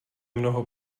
mnoho